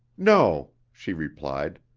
no, she replied,